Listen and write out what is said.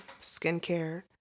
skincare